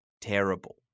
terrible